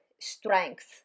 strength